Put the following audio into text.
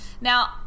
Now